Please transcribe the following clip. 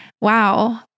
Wow